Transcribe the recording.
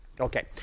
Okay